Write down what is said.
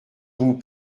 vous